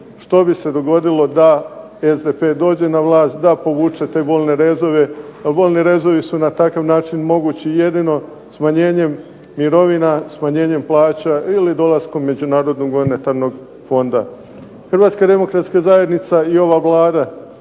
što bi se dogodilo da SDP dođe na vlast, da povuče te bolne rezove, a bolni rezovi su na takav način mogući jedino smanjenjem mirovina, smanjenjem plaća ili dolaskom Međunarodnog monetarnog fonda. Hrvatska demokratska zajednica i ova Vlada